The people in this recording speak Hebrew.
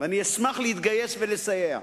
ואני אשמח להתגייס ולסייע.